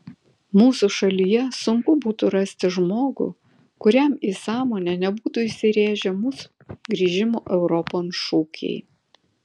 mūsų šalyje sunku būtų rasti žmogų kuriam į sąmonę nebūtų įsirėžę mūsų grįžimo europon šūkiai